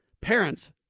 Parents